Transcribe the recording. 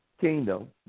Kingdom